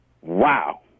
Wow